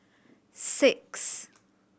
six